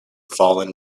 fallen